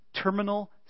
terminal